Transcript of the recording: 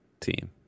team